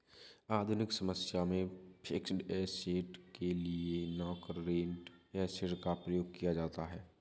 आधुनिक समय में फिक्स्ड ऐसेट के लिए नॉनकरेंट एसिड का प्रयोग किया जाता है